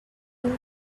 only